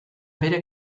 bere